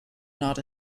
not